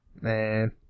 Man